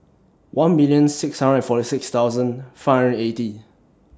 one million six hundred forty six thousand five hundred eighty